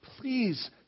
Please